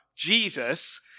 Jesus